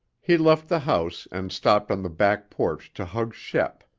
he left the house and stopped on the back porch to hug shep,